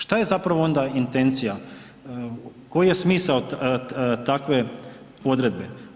Šta je zapravo onda intencija koji je smisao takve odredbe?